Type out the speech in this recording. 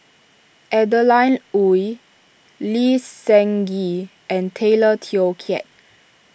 Adeline Ooi Lee Seng Gee and Tay Teow Kiat